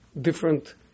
different